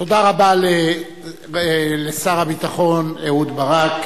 תודה רבה לשר הביטחון אהוד ברק,